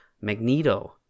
Magneto